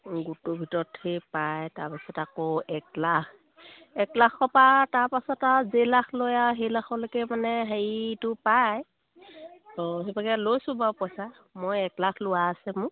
গোটটোৰ ভিতৰত সেই পায় তাৰপাছত আকৌ এক লাখ এক লাখৰ পৰা তাৰপাছত আৰু যে লাখ লৈ আৰু সেই লাখলৈকে মানে হেৰিটো পায় ত' সেইভাগে লৈছোঁ বাৰু পইচা মই এক লাখ লোৱা আছে মোৰ